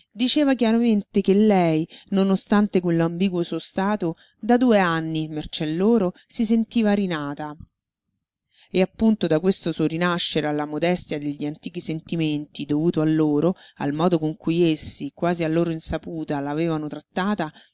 diceva chiaramente che lei non ostante quell'ambiguo suo stato da due anni mercé loro si sentiva rinata e appunto da questo suo rinascere alla modestia degli antichi sentimenti dovuto a loro al modo con cui essi quasi a loro insaputa l'avevano trattata